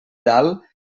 dalt